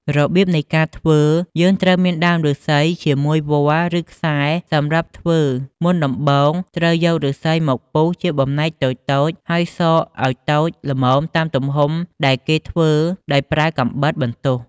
រប្រៀបនៃការធ្វើយើងត្រូវមានដើមឬស្សី ជាមួយវល្លិ៍ឬខ្សែសម្រាប់ធ្វើមុនដំបូងត្រូវយកឬស្សីមកពុះជាបំណែកតូចៗហើយសកឲ្យតូចល្មមតាមទំហំដែលគេធ្វើដោយប្រើកាំបិតបន្ទោះ។